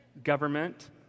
Government